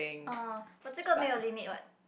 oh but 这个没有 limit what